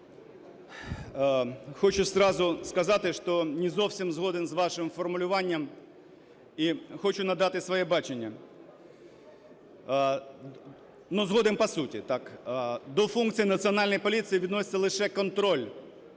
Хочу зразу сказати, що не зовсім згоден з вашим формулюванням і хочу надати своє бачення. Але згоден по суті. До функцій Національної поліції відноситься лише контроль